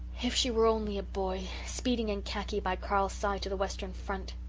if she were only a boy, speeding in khaki by carl's side to the western front!